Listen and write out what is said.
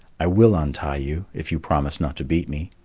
i will untie you, if you promise not to beat me.